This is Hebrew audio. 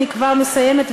אני כבר מסיימת,